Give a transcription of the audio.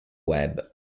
web